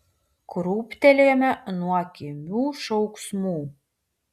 krūptelėjome nuo kimių šauksmų